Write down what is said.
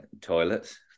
Toilets